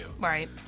Right